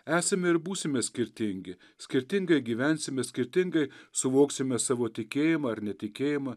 esame ir būsime skirtingi skirtingai gyvensime skirtingai suvoksime savo tikėjimą ar netikėjimą